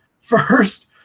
first